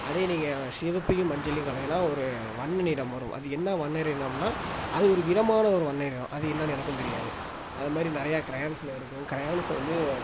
அதே நீங்கள் சிவப்பையும் மஞ்சளையும் கலக்கினால் ஒரு வண்ண நிறம் வரும் அது என்ன வண்ணறிணம்னா அது ஒரு விதமான ஒரு வண்ண நிறம் அது என்னென்னு எனக்கும் தெரியாது அதை மாதிரி நிறையா க்ரெயான்ஸில் இருக்கும் க்ரெயான்ஸ வந்து